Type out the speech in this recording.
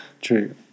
true